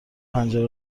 پنجره